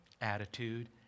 attitude